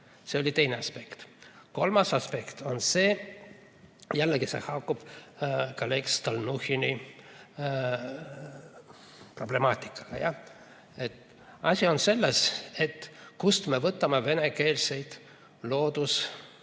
See oli teine aspekt. Kolmas aspekt on see – jällegi see haakub kolleeg Stalnuhhini problemaatikaga. Asi on selles, kust me võtame venekeelseid